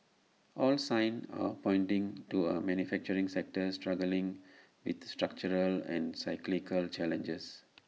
all signs are pointing to A manufacturing sector struggling with structural and cyclical challenges